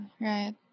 right